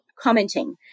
commenting